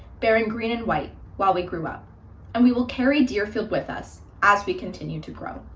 bearing green and white while we grew up and we will carry deerfield with us as we continue to grow.